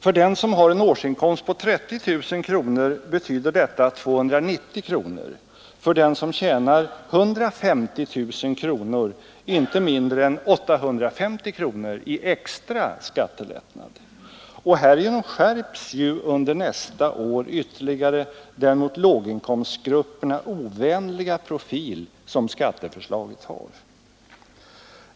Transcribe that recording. För den som har en årsinkomst på 30 000 kronor betyder detta 290 kronor, för den som tjänar 150 000 kronor inte mindre än 850 kronor i extra skattelättnad. Härigenom skärps under nästa år ytterligare skatteförslagets ovänliga profil mot låginkomstgrupperna.